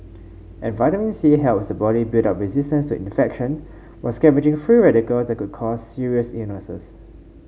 and vitamin C helps the body build up resistance to infection while scavenging free radicals that could cause serious illnesses